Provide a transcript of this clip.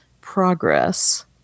progress